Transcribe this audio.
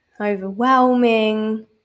overwhelming